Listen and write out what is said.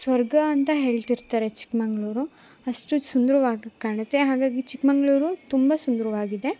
ಸ್ವರ್ಗ ಅಂತ ಹೇಳ್ತಿರ್ತಾರೆ ಚಿಕ್ಕಮಂಗ್ಳೂರು ಅಷ್ಟು ಸುಂದರವಾಗ್ ಕಾಣುತ್ತೆ ಹಾಗಾಗಿ ಚಿಕ್ಕಮಂಗ್ಳೂರು ತುಂಬ ಸುಂದರವಾಗಿದೆ